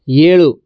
ಏಳು